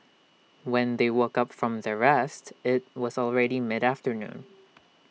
when they woke up from their rest IT was already mid afternoon